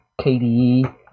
KDE